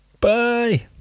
Bye